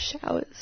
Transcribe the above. showers